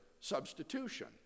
substitution